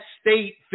state